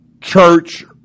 church